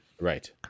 Right